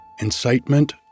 incitement